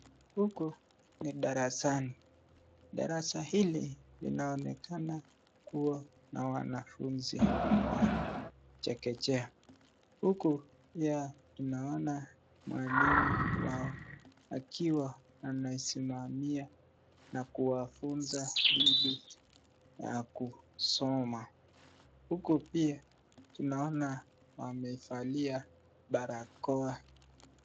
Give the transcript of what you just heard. Huku ni darasani. Darasa hili inaonekana kuwa na wanafunzi wa chekechea, huku pia tunaona mwalimu wao akiwa anaisimamia na kuwafunza ili ya kusoma. Huku pia tunaona wamevalia barakoa.